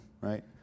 right